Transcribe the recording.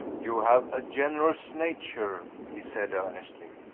you have a generous nature, he said earnestly.